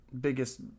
biggest